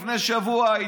לפני שבוע,